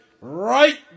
Right